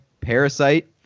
parasite